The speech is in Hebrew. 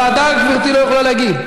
לוועדה גברתי לא יכולה להגיד.